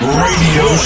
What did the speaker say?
radio